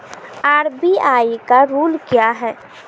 RBI का rule क्या हैं?